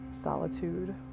solitude